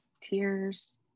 tears